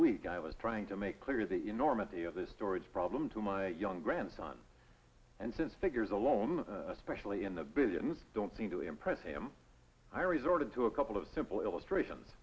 week i was trying to make clear the enormity of the storage problem to my young grandson and since figures alone especially in the billions don't seem to impress him i resorted to a couple of simple illustrations